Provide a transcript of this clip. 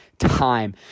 time